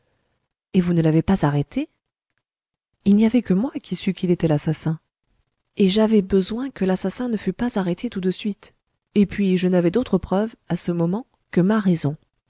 et vous ne l'avez pas arrêté il n'y avait que moi qui sût qu'il était l'assassin et j'avais besoin que l'assassin ne fût pas arrêté tout de suite et puis je n'avais d'autre preuve à ce moment que ma raison